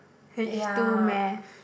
H-two math